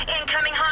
Incoming